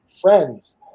friends